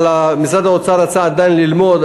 אבל משרד האוצר רצה עדיין ללמוד,